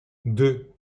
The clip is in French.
deux